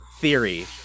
theory